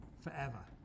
forever